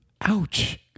Ouch